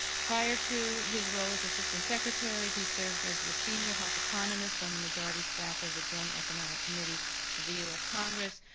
prior to his role as assistant secretary, he served as the senior health economist on the majority staff of the joint economic committee of the us congress.